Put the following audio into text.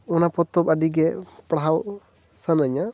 ᱚᱱᱟ ᱯᱚᱛᱚᱵ ᱟᱹᱰᱤ ᱜᱮ ᱯᱟᱲᱦᱟᱣ ᱥᱟᱱᱟᱹᱧᱟ